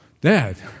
Dad